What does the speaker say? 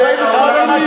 גם אם כל יהודי העולם,